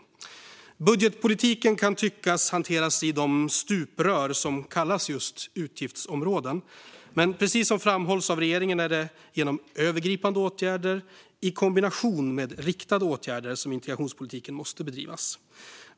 Det kan tyckas att budgetpolitiken kan hanteras i de stuprör som kallas just utgiftsområden, men precis som framhålls av regeringen är det genom övergripande åtgärder i kombination med riktade åtgärder som integrationspolitiken måste bedrivas.